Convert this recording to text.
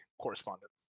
correspondent